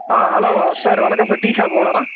ஆ hello sir வணக்கம் sir tea shop ஓனரா